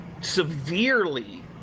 severely